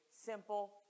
simple